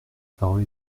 parole